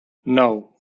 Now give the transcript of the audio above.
nou